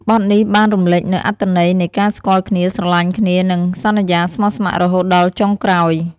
បទនេះបានរំលេចនូវអត្ថន័យនៃការស្គាល់គ្នា ស្រឡាញ់គ្នា និងសន្យាស្មោះស្ម័គ្ររហូតដល់ចុងក្រោយ។